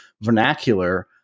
vernacular